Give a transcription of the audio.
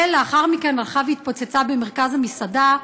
ולאחר מכן הלכה והתפוצצה במרכז המסעדה,